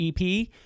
EP